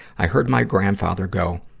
i heard my grandfather go,